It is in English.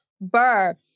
Burr